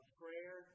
prayer